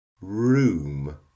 Room